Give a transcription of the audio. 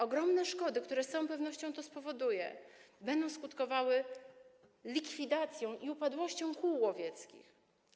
Ogromne szkody, które z całą pewnością to spowoduje, będą skutkowały likwidacją i upadłością kół łowieckich.